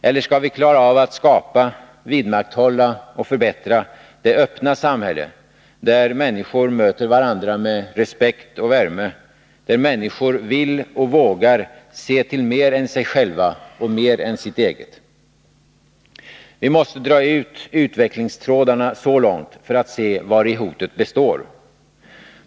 Eller skall vi klara av att skapa, vidmakthålla och förbättra det öppna samhälle där människor möter varandra med respekt och värme, där människor vill och vågar se till mer än sig själva och mer än sitt eget? Vi måste dra ut utvecklingstrådarna så långt för att se vari hotet består.